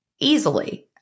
easily